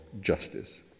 justice